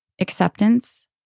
Acceptance